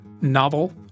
novel